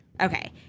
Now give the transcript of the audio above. Okay